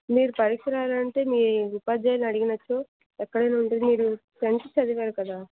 మీరు పరీక్ష రాయాలంటే మీ ఉపాధ్యాయులు అడిగినట్టు ఎక్కడైనా ఉంటే మీరు టెన్త్ చదివారు కదా